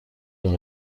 dans